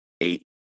eight